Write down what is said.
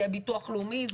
ביטוח לאומי.